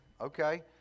okay